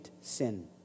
sin